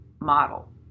model